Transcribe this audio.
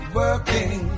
working